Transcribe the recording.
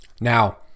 Now